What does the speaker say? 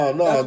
no